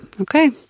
okay